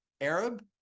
Arab